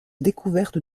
découverte